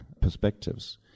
perspectives